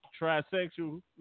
Trisexual